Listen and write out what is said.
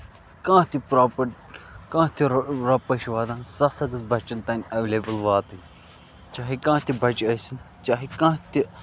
کانہہ تہِ پروپَر کانہہ تہِ روپَے چھِ واتان سۄ سا گٔژھ بَچَن تام ایویلیبٔل واتٕنۍ چاہے کانہہ تہِ بَچہٕ ٲسٕنۍ چاہے کانہہ تہِ